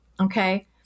Okay